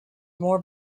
more